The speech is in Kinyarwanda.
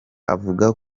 avuga